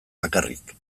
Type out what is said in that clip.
bakarrik